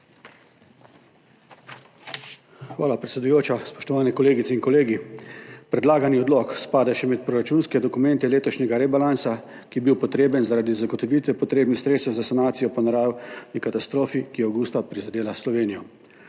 Hvala, predsedujoča. Spoštovane kolegice in kolegi! Predlagani odlok spada še med proračunske dokumente letošnjega rebalansa, ki je bil potreben zaradi zagotovitve potrebnih sredstev za sanacijo po naravni katastrofi, ki je avgusta prizadela Slovenijo.